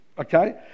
okay